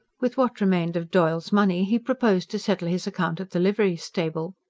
with what remained of doyle's money he proposed to settle his account at the livery-stable.